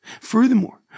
Furthermore